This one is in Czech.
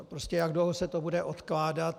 Prostě jak dlouho se to bude odkládat.